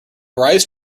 rise